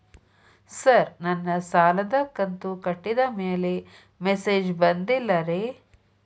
sir ನನ್ನ ಸಾಲದ ಕಂತು ಕಟ್ಟಿದಮೇಲೆ ಮೆಸೇಜ್ ಬಂದಿಲ್ಲ ರೇ